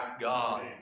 God